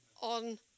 on